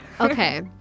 okay